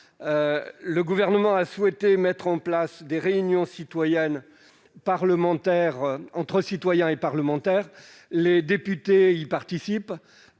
le Gouvernement a souhaité mettre en place des réunions entre citoyens et parlementaires. Si les députés y participent,